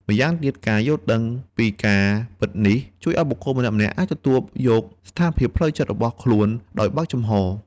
ម្យ៉ាងទៀតការយល់ដឹងពីការពិតនេះ ជួយឱ្យបុគ្គលម្នាក់ៗអាចទទួលយកស្ថានភាពផ្លូវចិត្តរបស់ខ្លួនដោយបើកចំហរ។